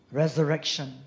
resurrection